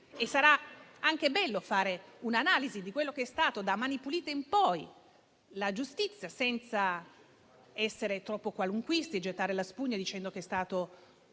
sarà anche interessante fare un'analisi di quella che è stata, da "Mani pulite" in poi, la giustizia, senza essere troppo qualunquisti e gettare la spugna dicendo che è stato